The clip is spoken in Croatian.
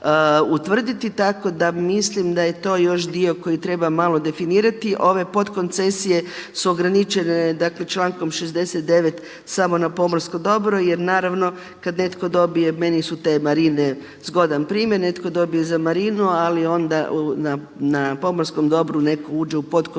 tako da mislim da je to još dio koji treba malo definirati. Ove podkoncesije su ograničene, dakle člankom 60. samo na pomorsko dobro jer naravno kad netko dobije, meni su te marine zgodan primjer. Netko dobije za marinu, ali onda na pomorskom dobru netko uđe u podkoncesiju